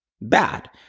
bad